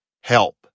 help